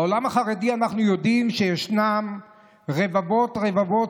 בעולם החרדי אנחנו יודעים שישנם רבבות רבבות